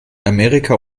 amerika